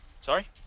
Sorry